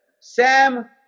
Sam